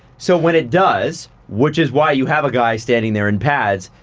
so when it does, which is why you have a guy standing there in pads,